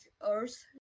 Earth